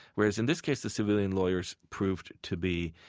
whereas in this case, the civilian lawyers proved to be